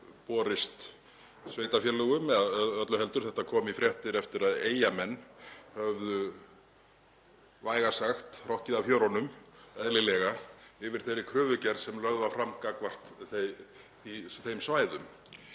borist sveitarfélögum, eða öllu heldur, þetta kom í fréttir eftir að Eyjamenn höfðu vægast sagt hrokkið af hjörunum, eðlilega, yfir þeirri kröfugerð sem lögð var fram gagnvart þeim svæðum.